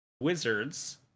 wizards